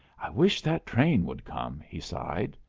i wish that train would come, he sighed.